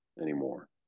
anymore